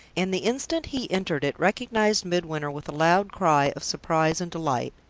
and the instant he entered it recognized midwinter with a loud cry of surprise and delight.